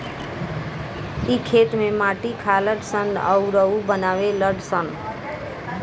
इ खेत में माटी खालऽ सन अउरऊ बनावे लऽ सन